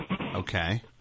Okay